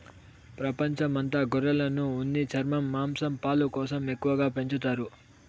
ప్రపంచం అంత గొర్రెలను ఉన్ని, చర్మం, మాంసం, పాలు కోసం ఎక్కువగా పెంచుతారు